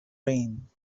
raine